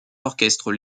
orchestres